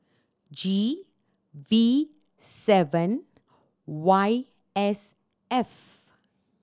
G V seven Y S F